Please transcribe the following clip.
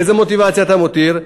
איזו מוטיבציה אתה מותיר?